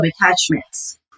attachments